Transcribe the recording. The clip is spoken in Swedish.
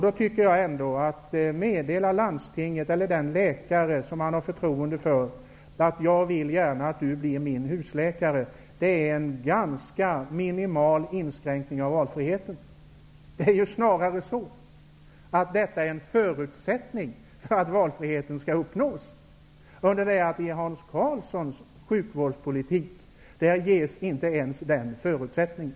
Då tycker jag ändå att det innebär en ganska minimal inskränkning av valfriheten att man får meddela landstinget vilken läkare som man vill ha som husläkare eller att man direkt kontaktar den läkare som man har förtroende för. Det är en ganska minimal inskränkning av valfriheten. Detta är snarare en förutsättning för att valfriheten skall uppnås. Men med den sjukvårdspolitik som Hans Karlsson förespråkar ges inte ens den förutsättningen.